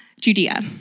Judea